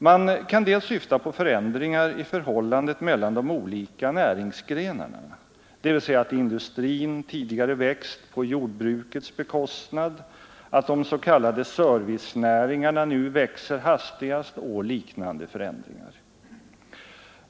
Man kan dels syfta på förändringar i förhållandet mellan de olika näringsgrenarna, dvs. att industrin tidigare växt på jordbrukets bekostnad, att de s.k. servicenäringarna nu växer hastigast och liknande förändringar.